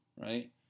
right